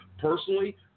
Personally